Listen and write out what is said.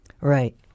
right